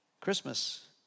Christmas